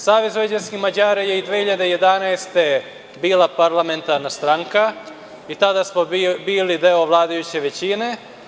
Savez vojvođanskih Mađara je i 2011. godine bila parlamentarna stranka i tada smo bili deo vladajuće većine.